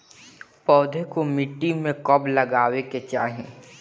पौधे को मिट्टी में कब लगावे के चाही?